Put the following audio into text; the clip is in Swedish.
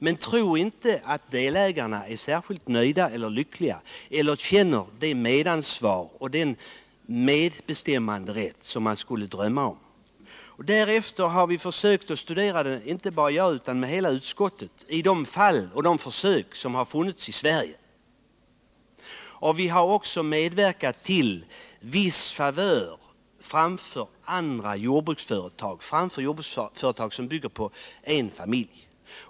Men tro inte att delägarna är särskilt nöjda eller lyckliga eller att de känner det medansvar och den medbestämmanderätt som de kanske har drömt om. Därefter har inte bara jag utan hela utskottet studerat de försök som har gjorts i Sverige. Vi har också medverkat till att ge sådana jordbruksföretag vissa favörer framför jordbruksföretag som drivs av en familj.